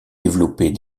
développer